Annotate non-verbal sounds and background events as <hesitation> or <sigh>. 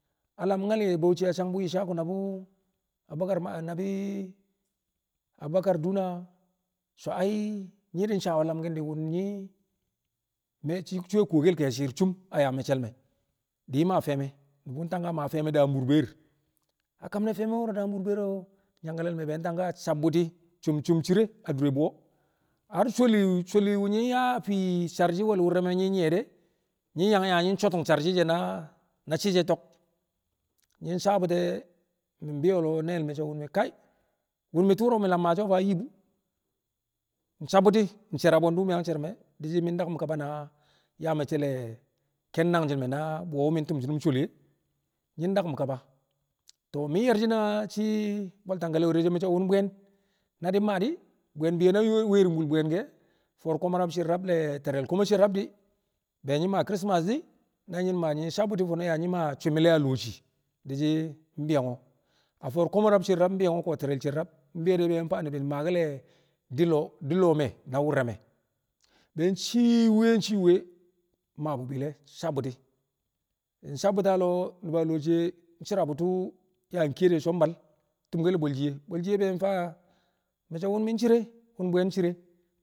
A lam nyal ye̱ a Bauchi a sang bi Ishaku na bu Abakar <hesitation> na bi Abakar Duna so̱ nyi̱ di̱ sawe̱ lamki̱n di̱ wo̱m nyi̱ mi̱ shi̱ we̱ kuwo̱kel ke̱e̱shi̱ shi̱i̱r cum a yaa me̱cce̱l me̱ di̱ nyi̱ maa fe̱e̱me̱ nu̱bu̱ ntangka maa fe̱e̱me̱ daam burbeer a kam ne̱ maa fe̱e̱me̱ wo̱ro̱ daam burbe̱er wu̱ nyangkale̱ le̱ me̱ ntangka sabu̱ti̱ we̱l cum cire a dur bwuyen har sholi sholi wu̱ nyi̱ yaa fii sarki̱n we̱l wu̱r re̱ me̱ nyi̱ nyi̱ye̱ de̱ nyi̱ yang yaa nyi̱ sotin sarki̱ she̱ na she̱ shi̱ to̱k nyi̱ sabu̱ti̱ mi̱ bi̱yo̱ a lo̱o̱ ne̱e̱l me̱ so̱ kai wo̱m mi̱ tu̱ro̱ mi̱ lam maasho̱ fa nyi bu̱ nsabu̱ti̱ nshe̱r a bwe̱ndu̱ mi̱ yang she̱ru̱m e̱ di̱ shi̱ mi̱ daku̱m kaba na yaa mecce̱l le̱ ke̱n nangji̱ le̱ me̱ na bwuyen mi̱ tu̱m shi̱nu̱n sholi e̱ nyi̱ daku̱m kaba. To̱o̱ mi̱ ye̱r shi̱ na shi̱ bwe̱l Tangkale we̱re̱ mi̱ so̱ wo̱m bwuyen na di̱ ma di̱ bwuyen bi̱yo̱ na we̱-wẹri̱ngbul bwuyen ke̱ fo̱o̱r rab sher rab le̱ te̱re̱ di̱ be nyi̱ maa christmas di̱ na nyi̱ ma di̱ nyi̱ sabu̱ti̱ fo̱no̱ yaa nyi̱ maa cuu mi̱le̱ a lo̱o̱ shii di̱ shi̱ mbi̱yo̱ko̱ a fo̱o̱r komo rab sher rab mbi̱yo̱ko mbi̱yo̱ de̱ be mfaake̱l ni̱bi̱ mmaake̱l le̱ di di lo̱o̱ me̱ na wur re̱ me̱ be ncii mwiye nci mwiye mmaa bu̱ bi̱i̱le̱ sabu̱ti̱ nsabu̱ti̱ a lo̱o̱ nu̱ba lo̱o̱ shiye nshira bu̱ tu̱u̱ yaa nkiye de̱ so̱ mbal tu̱mke̱l bwe̱l shiye, bwe̱l shiye be faa mi̱ so̱ wo̱m ncire wo̱m mi̱ ncrie.